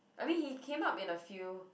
I mean he came up in a few